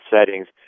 settings